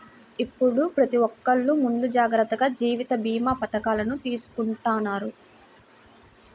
ఇప్పుడు ప్రతి ఒక్కల్లు ముందు జాగర్తగా జీవిత భీమా పథకాలను తీసుకుంటన్నారు